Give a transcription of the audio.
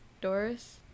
Doris